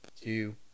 two